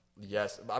Yes